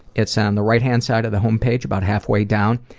it's on the righthand side of the homepage, about halfway down,